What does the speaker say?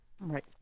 Right